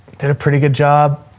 did a pretty good job,